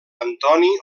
antoni